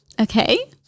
Okay